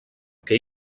que